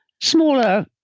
smaller